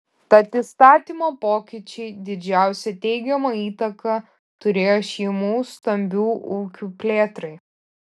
tad įstatymo pokyčiai didžiausią teigiamą įtaką turėjo šeimų stambių ūkių plėtrai